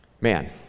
Man